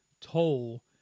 toll